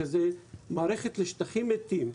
שזאת מערכת לשטחים מתים,